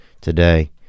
today